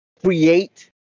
create